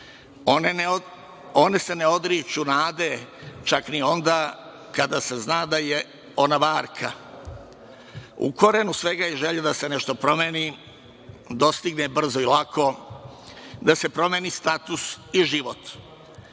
One se ne odriču nade, čak ni onda kada se zna da je ona varka.U korenu svega je želja da se nešto promeni, dostigne brzo i lako, da se promeni status i život.